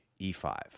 e5